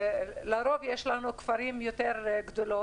לרוב יש לנו כפרים יותר גדולים,